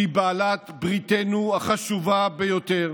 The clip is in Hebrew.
שהיא בעלת בריתנו החשובה ביותר,